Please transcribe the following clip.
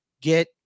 Get